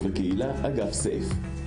כדי שידעו שאנחנו